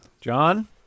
John